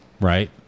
Right